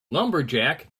lumberjack